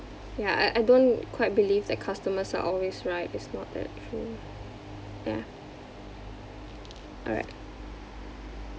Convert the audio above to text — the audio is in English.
ya I I don't quite believe that customers are always right it's not that true yeah alright